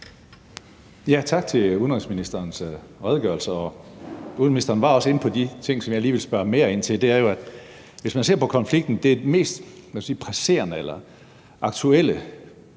Tak til udenrigsministeren for redegørelsen, og udenrigsministeren var også inde på de ting, som jeg lige vil spørge mere ind til. Hvis man ser på konflikten, ser man, at den mest presserende eller aktuelle udfordring,